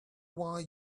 why